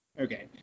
Okay